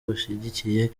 bashigikiye